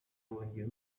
bongeye